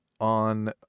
on